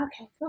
Okay